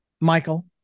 Michael